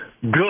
good